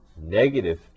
negative